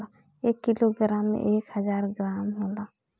एक किलोग्राम में एक हजार ग्राम होला